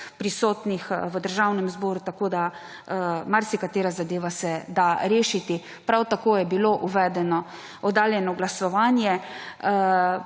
prisotnih v Državnem zboru, tako da marsikatera zadeva se da rešiti. Prav tako je bilo uvedeno oddaljeno glasovanje,